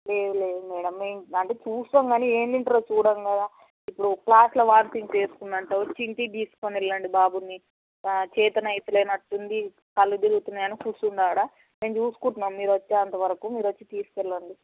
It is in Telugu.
లేదు లేదు మేడం మేము అంటే చూస్తాం కానీ ఏం తింటారో చూడం కదా ఇప్పుడు క్లాస్లో వాంతింగ్స్ చేసుకుండు అంట వచ్చి ఇంటికి తీసుకుని ఎళ్ళండి బాబుని చేతనైతలేనట్టు ఉంది కళ్ళు తిరుగుతున్నాయని కూచుండు ఆడ మేము చూసుకుంటున్నాం మీరు వచ్చేంత వరకు మీరు వచ్చి తీసుకు వెళ్ళండి